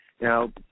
Now